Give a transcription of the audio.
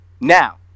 Now